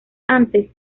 antes